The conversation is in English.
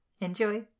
Enjoy